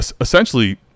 essentially